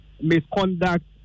misconduct